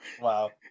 Wow